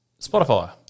Spotify